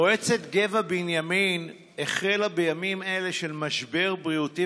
מועצת גבע-בנימין החלה בימים אלו של משבר בריאותי